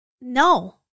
No